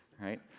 right